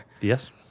Yes